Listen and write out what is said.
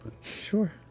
Sure